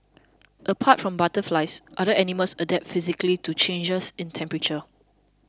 apart from butterflies other animals adapt physically to changes in temperature